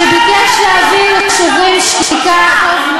שביקש להעביר ל"שוברים שתיקה" טוב,